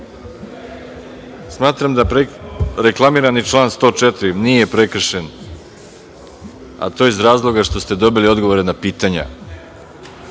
vas. Smatram da reklamirani član 104. nije prekršen, a to iz razloga što ste dobili odgovore na pitanja.